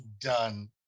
Done